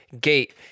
gate